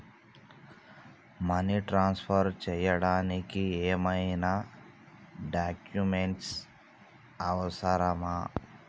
Money transfer చేయడానికి ఏమైనా documents అవసరమా?